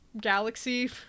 galaxy